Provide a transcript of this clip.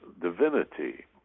divinity